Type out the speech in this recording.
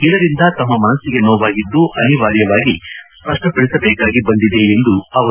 ಇದರಿಂದ ತಮ್ನ ಮನಸ್ಸಿಗೆ ನೋವಾಗಿದ್ದು ಅನಿವಾರ್ಯ ವಾಗಿ ಸ್ಪಷ್ಪಪಡಿಸಬೇಕಾಗಿ ಬಂದಿದೆ ಎಂದರು